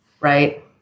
right